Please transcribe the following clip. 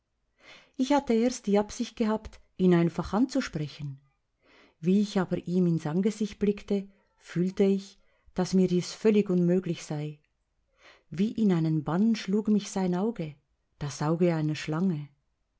ich hatte erst die absicht gehabt ihn einfach anzusprechen wie ich aber ihm ins angesicht blickte fühlte ich daß mir dies völlig unmöglich sei wie in einen bann schlug mich sein auge das auge einer schlange